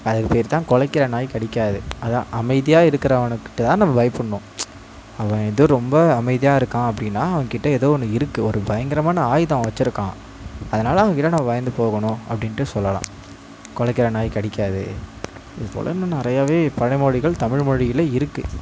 அதுக்கு பேர்தான் குலைக்கிற நாய் கடிக்காது அதான் அமைதியாக இருக்கிறவனுக்கிட்டதான் நம்ம பயப்படணும் அவன் எதோ ரொம்ப அமைதியாக இருக்கான் அப்படினா அவன் கிட்ட எதோ ஒன்று இருக்கு ஒரு பயங்கரமான ஆயுதம் அவன் வச்சுருக்கான் அதனால் அவன் கிட்ட நம்ம பயந்து போகணும் அப்படின்ட்டு சொல்லலாம் குலைக்கிற நாய் கடிக்காது இது போல் இன்னும் நிறையவே பழமொழிகள் தமிழ் மொழியில் இருக்கு